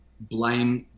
Blame